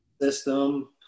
System